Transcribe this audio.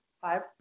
five